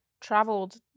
traveled